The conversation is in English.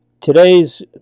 Today's